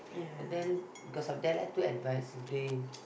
and then because of that I took advise they